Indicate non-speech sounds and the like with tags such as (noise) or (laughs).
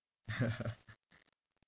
(laughs)